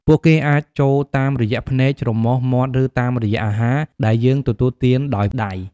ពួកគេអាចចូលតាមរយៈ ភ្នែក ច្រមុះ មាត់ ឬតាមរយៈ អាហារ ដែលយើងទទួលទានដោយដៃ។